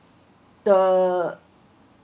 the